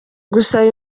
gusaba